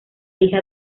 hija